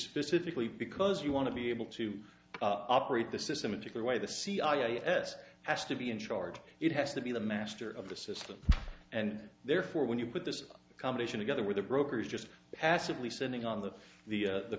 specifically because you want to be able to operate the system into your way the c i s has to be in charge it has to be the master of the system and therefore when you put this combination together with the brokers just passively sending on the the